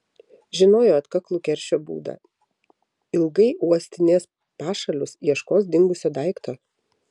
žinojo atkaklų keršio būdą ilgai uostinės pašalius ieškos dingusio daikto